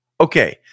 Okay